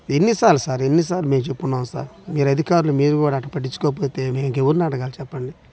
ఎన్నిసార్లు సార్ ఎన్ని సార్లు మేం చెప్పుండాం సార్ మీరు అధికారులు మీరు కూడ అట్ట పట్టించుకోకపోతే మేము ఇంక ఎవరిని అడగాలి చెప్పండి